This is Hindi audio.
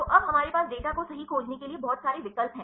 तो अब हमारे पास आपके डेटा को सही खोजने के लिए बहुत सारे विकल्प हैं